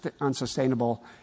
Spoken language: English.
unsustainable